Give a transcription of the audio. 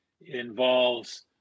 involves